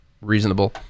reasonable